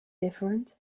different